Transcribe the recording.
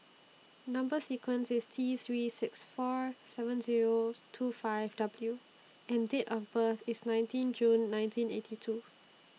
Number sequence IS T three six four seven zeros two five W and Date of birth IS nineteen June nineteen eighty two